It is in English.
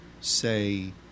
say